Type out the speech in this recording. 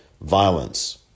violence